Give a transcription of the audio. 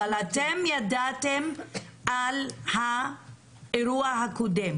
אבל אתם ידעתם על האירוע הקודם,